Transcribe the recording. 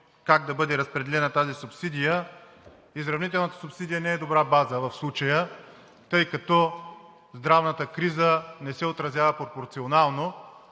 как да бъде разпределена тази субсидия. Изравнителната субсидия не е добра база в случая, тъй като здравната криза не се отразява пропорционално,